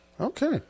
okay